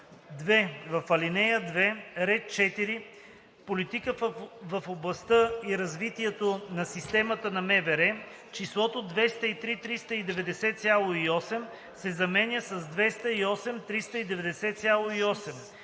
В ал. 2, ред 4 „Политика в областта и развитието на системата на МВР“ числото „203 390,8“ се заменя с „208 390,8“.